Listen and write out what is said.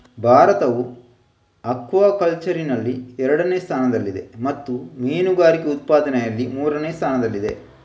ಭಾರತವು ಅಕ್ವಾಕಲ್ಚರಿನಲ್ಲಿ ಎರಡನೇ ಸ್ಥಾನದಲ್ಲಿದೆ ಮತ್ತು ಮೀನುಗಾರಿಕೆ ಉತ್ಪಾದನೆಯಲ್ಲಿ ಮೂರನೇ ಸ್ಥಾನದಲ್ಲಿದೆ